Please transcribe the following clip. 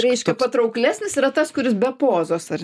reiškia patrauklesnis yra tas kuris be pozos ar